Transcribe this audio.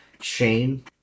Shane